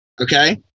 okay